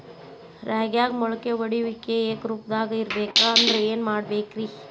ರಾಗ್ಯಾಗ ಮೊಳಕೆ ಒಡೆಯುವಿಕೆ ಏಕರೂಪದಾಗ ಇರಬೇಕ ಅಂದ್ರ ಏನು ಮಾಡಬೇಕ್ರಿ?